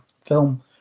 film